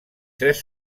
tres